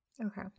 Okay